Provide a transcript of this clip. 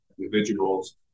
individuals